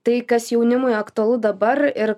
tai kas jaunimui aktualu dabar ir